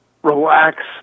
relax